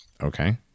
Okay